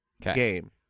Game